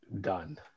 Done